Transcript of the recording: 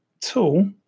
tool